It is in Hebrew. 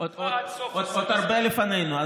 עוד הרבה לפנינו.